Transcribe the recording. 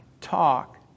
talk